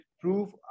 prove